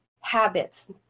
habits